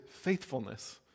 faithfulness